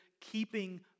keeping